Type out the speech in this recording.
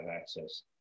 access